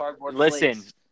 listen